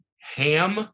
ham